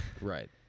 right